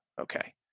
Okay